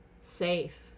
safe